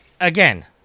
again